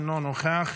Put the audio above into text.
אינו נוכח,